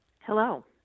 Hello